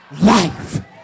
life